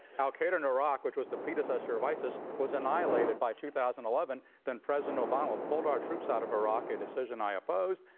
al-qaeda in iraq, which was the predecessor of isis, was annihilated by two thousand and eleven. then president obama pulled our troops out of iraq, a decision i opposed.